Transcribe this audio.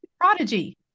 Prodigy